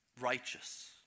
righteous